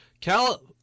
Cal